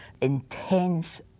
intense